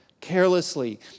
carelessly